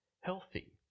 healthy